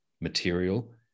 material